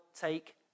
take